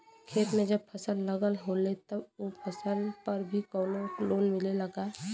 खेत में जब फसल लगल होले तब ओ फसल पर भी कौनो लोन मिलेला का?